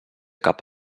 cap